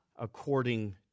according